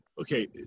Okay